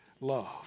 love